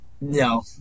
No